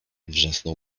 wrzasnął